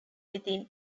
within